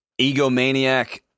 egomaniac